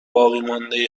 باقیمانده